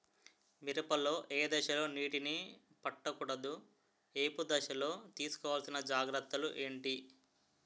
మిరప లో ఏ దశలో నీటినీ పట్టకూడదు? ఏపు దశలో తీసుకోవాల్సిన జాగ్రత్తలు ఏంటి?